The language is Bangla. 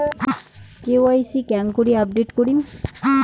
কে.ওয়াই.সি কেঙ্গকরি আপডেট করিম?